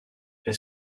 est